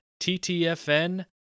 TTFN